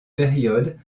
période